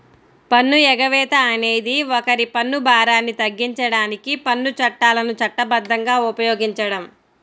పన్ను ఎగవేత అనేది ఒకరి పన్ను భారాన్ని తగ్గించడానికి పన్ను చట్టాలను చట్టబద్ధంగా ఉపయోగించడం